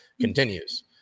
continues